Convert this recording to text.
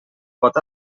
pot